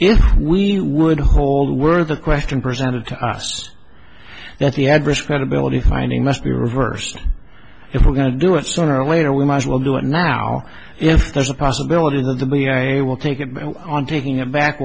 if we would hold were the question presented to us that the adverse credibility finding must be reversed if we're going to do it sooner or later we might as well do it now if there's a possibility that the b i will take it on taking a back